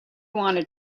wanted